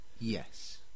Yes